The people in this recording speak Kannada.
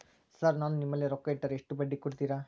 ಸರ್ ನಾನು ನಿಮ್ಮಲ್ಲಿ ರೊಕ್ಕ ಇಟ್ಟರ ಎಷ್ಟು ಬಡ್ಡಿ ಕೊಡುತೇರಾ?